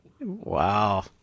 Wow